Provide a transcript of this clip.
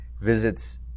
visits